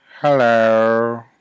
Hello